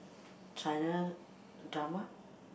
China drama